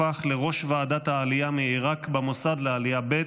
הפך לראש ועדת העלייה מעיראק במוסד לעלייה ב',